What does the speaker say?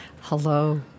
Hello